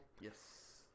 yes